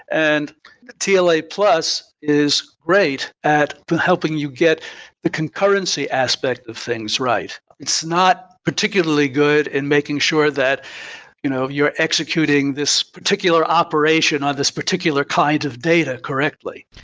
and tla plus is great at helping you get the concurrency aspect of things right. it's not particularly good in making sure that you know you're executing this particular operation on this particular kind of data correctly.